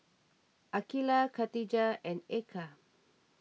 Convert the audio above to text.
Aqilah Katijah and Eka